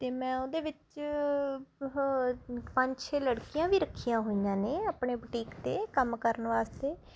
ਅਤੇ ਮੈਂ ਉਹਦੇ ਵਿੱਚ ਉਹ ਪੰਜ ਛੇ ਲੜਕੀਆਂ ਵੀ ਰੱਖੀਆਂ ਹੋਈਆਂ ਨੇ ਆਪਣੇ ਬੁਟੀਕ 'ਤੇ ਕੰਮ ਕਰਨ ਵਾਸਤੇ